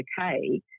okay